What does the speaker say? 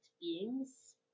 beings